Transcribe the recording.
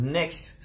next